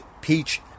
Peach